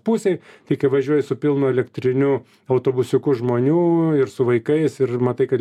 pusėj tai kai važiuoji su pilnu elektriniu autobusiuku žmonių ir su vaikais ir matai kad